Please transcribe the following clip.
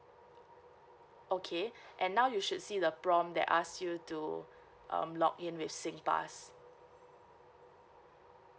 okay and now you should see the prompt that ask you to um log in with singpass